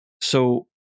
So-